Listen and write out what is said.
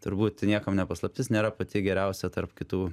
turbūt niekam ne paslaptis nėra pati geriausia tarp kitų